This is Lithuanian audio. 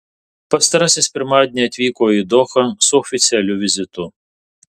pastarasis pirmadienį atvyko į dohą su oficialiu vizitu